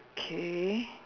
okay